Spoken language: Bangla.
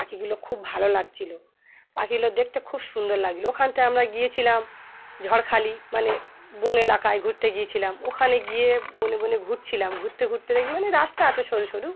পাখিগুলো খুব ভালো লাগছিলো পাখিগুলো দেখতে খুব সুন্দর লাগছিলো ওখান থেকে আমরা গিয়েছিলাম ঝড়খালি মানে বন এলাকায় ঘুরতে গিয়েছিলাম ওখানে গিয়ে বনে বনে ঘুরছিলাম ঘুরতে ঘুরতে দেখি মানে রাস্তা আছে সরু সরু